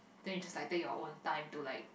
then you just like take your own time to like